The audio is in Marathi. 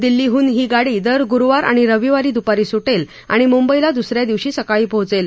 दिल्लीहून ही गाडी दर गुरुवार आणि रविवारी दुपारी सुटेल आणि मुंबईला दुस या दिवशी सकाळी पोहोचेल